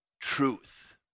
truth